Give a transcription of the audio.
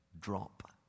Drop